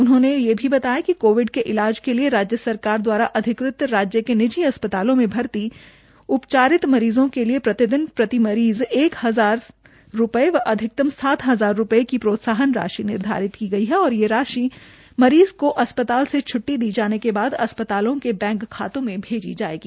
उन्होंने ये भी बताया कि कोविड के इलाज के लिए राज्य सरकार दवारा अधिकृत राज्य के निजी अस्पतालों में भर्ती उपचारित मरीज़ों के लिए प्रतिदिन प्रति मरीज़ एक हजार हजार रूपये व अधिकतम सात हजार रूपये की प्रोत्साहन राशि निर्धारित की गई है और ये राशि मरीज़ के अस्पताल से छ्ट्टी दी जाने के बाद अस्प्तालों के बैंक खातों में भेजी जायेगी